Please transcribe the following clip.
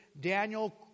Daniel